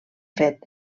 fet